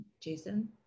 Jason